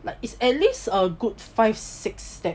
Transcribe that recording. like at least a good five six steps